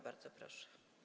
Bardzo proszę.